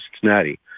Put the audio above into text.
Cincinnati